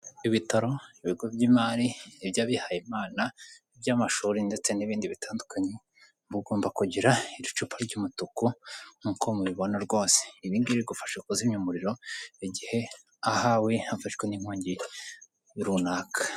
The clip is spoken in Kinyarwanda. Ibitaro, ibigo by'imari, iby'abihaye Imana, iby'amashuri ndetse n'ibindi bitandukanye, mugomba kugira icupa ry'umutuku nk'uko mu bibona rwose, ibi ngibi bigufasha kuzimya umuriro, igihe ahawe hafashwe n'inkongi runaka.